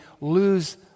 lose